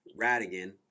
Radigan